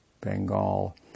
Bengal